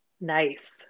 nice